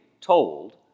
told